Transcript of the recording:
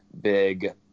big